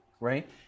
right